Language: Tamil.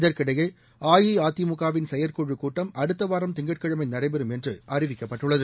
இதற்கிடையே அஇஅதிமுகவின் செயற்குழு கூட்டம் அடுத்த வாரம் திங்கட்கிழமை நடைபெறும் என்று அறிவிக்கப்பட்டுள்ளது